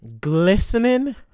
glistening